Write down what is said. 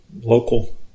local